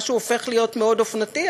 מה שהופך להיות מאוד אופנתי,